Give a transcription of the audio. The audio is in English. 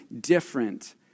different